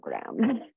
program